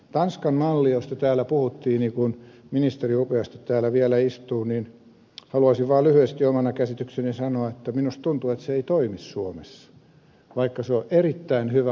tanskan mallista josta täällä puhuttiin kun ministeri upeasti täällä vielä istuu haluaisin vaan lyhyesti omana käsityksenäni sanoa että minusta tuntuu että se ei toimi suomessa vaikka se on erittäin hyvä malli